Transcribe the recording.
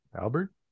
Albert